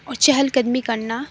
اور چہل قدمی کرنا